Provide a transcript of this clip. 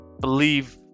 believe